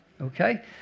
Okay